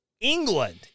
England